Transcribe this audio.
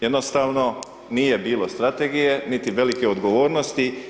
Jednostavno nije bilo strategije, niti velike odgovornosti.